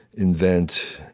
invent,